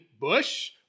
bush